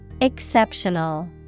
Exceptional